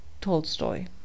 Tolstoy